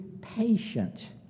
patient